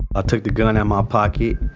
i took the gun out my pocket,